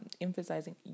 emphasizing